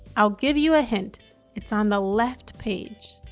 i'll give you a hint it's on the left page.